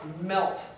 melt